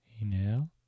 inhale